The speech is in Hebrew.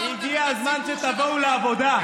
הגיע הזמן שתבואו לעבודה.